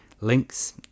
Links